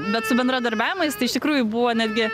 bet su bendradarbiavimais tai iš tikrųjų buvo netgi